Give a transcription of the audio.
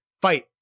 fight